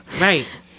Right